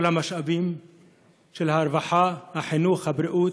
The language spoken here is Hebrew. כל המשאבים של הרווחה, החינוך, הבריאות,